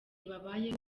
babayeho